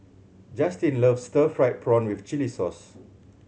Justyn loves stir fried prawn with chili sauce